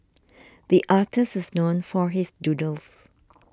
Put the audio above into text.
the artist is known for his doodles